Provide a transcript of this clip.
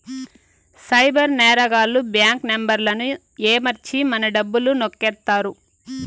cyber నేరగాళ్లు bank నెంబర్లను ఏమర్చి మన డబ్బులు నొక్కేత్తారు